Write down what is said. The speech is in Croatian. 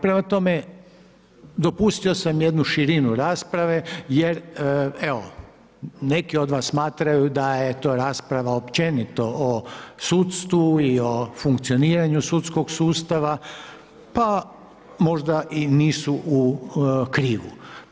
Prema tome, dopustio sam jednu širinu rasprave jer evo neki od vas smatraju da je to rasprava općenito o sudstvu i o funkcioniranju sudskog sustava pa možda i nisu u krivu.